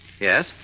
Yes